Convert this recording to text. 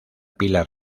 pila